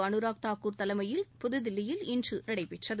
அனுராக் தாகூர் தலைமையில் புதுதில்லியில் இன்று நடைபெற்றது